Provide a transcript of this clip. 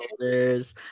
shoulders